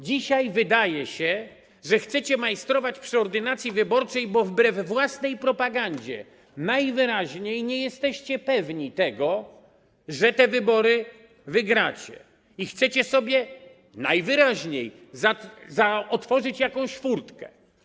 Dzisiaj, wydaje się, chcecie majstrować przy ordynacji wyborczej, bo wbrew własnej propagandzie najwyraźniej nie jesteście pewni tego, że te wybory wygracie, i chcecie sobie najwyraźniej otworzyć jakąś furtkę.